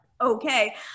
okay